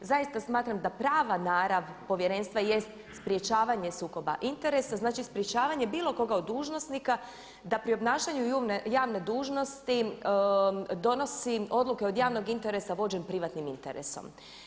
Zaista smatram da prava narav Povjerenstva jest sprječavanje sukoba interesa, znači sprječavanje bilo koga od dužnosnika da pri obnašanju javne dužnosti donosi odluke od javnog interesa vođen privatnim interesom.